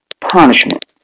punishment